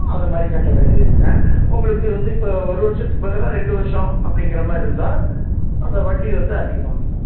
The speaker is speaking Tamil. அந்த மாதிரி கட்டவேண்டி இருக்குங்க உங்களுக்கு வந்து இப்போ ஒரு வருஷத்துக்கு பதிலாக ரெண்டு வருஷம் அப்படிங்கற மாதிரி இருந்தால் அந்த வட்டி வந்து அதிகமாகுங்க